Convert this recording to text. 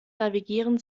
navigieren